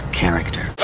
character